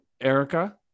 Erica